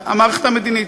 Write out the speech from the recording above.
המערכת המדינית.